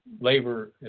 labor